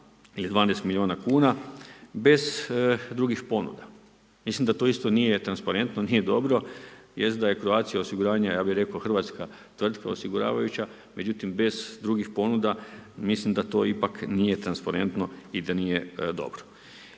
ili 12 miliona kuna bez drugih ponuda, mislim da to isto nije transparentno nije dobro, jest da je Croatia osiguranje ja bi reko hrvatska tvrtka osiguravajuća međutim bez drugih ponuda mislim da to ipak nije transparentno i da nije dobro.